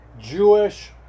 Jewish